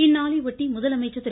இந்நாளை ஒட்டி முதலமைச்சர் திரு